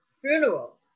funeral